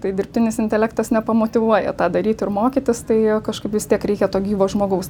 tai dirbtinis intelektas nepamotyvuoja tą daryti ir mokytis tai kažkaip vis tiek reikia to gyvo žmogaus